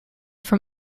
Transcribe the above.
from